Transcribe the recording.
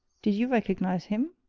did you recognize him?